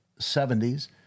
70s